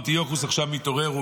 אנטיוכוס מתעורר עכשיו,